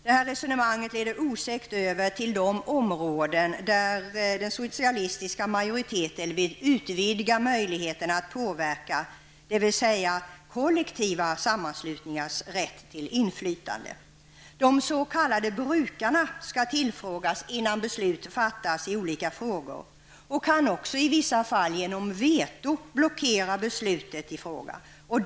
Det här resonemanget leder osökt över till de områden där den socialistiska majoriteten vill utvidga möjligheterna att påverka, dvs. kollektiva sammanslutningars rätt till inflytande. De s.k. brukarna skall tillfrågas innan beslut fattas i olika frågor och kan i vissa fall genom veto blockera beslutet i fråga.